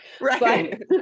right